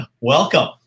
Welcome